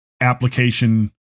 application